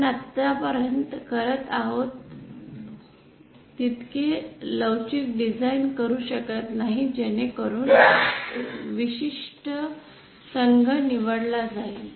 आपण आतापर्यंत करत आहोत तितके लवचिक डिझाईन करू शकत नाही जेणेकरून विशिष्ट संघ निवडला जाईल